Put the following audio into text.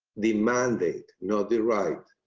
the mandate, not the right.